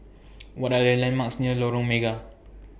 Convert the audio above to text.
What Are The landmarks near Lorong Mega